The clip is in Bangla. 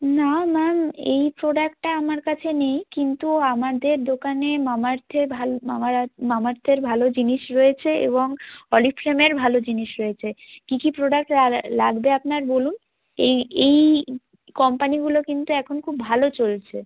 না ম্যাম এই প্রোডাক্টটা আমার কাছে নেই কিন্তু আমাদের দোকানে মামা আর্থের ভালো মামার আর্থ মামা আর্থের ভালো জিনিস রয়েছে এবং অরিফ্লেমের ভালো জিনিস রয়েছে কী কী প্রোডাক্ট লাগবে আপনার বলুন এই এই কোম্পানিগুলো কিন্তু এখন খুব ভালো চলছে